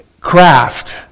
craft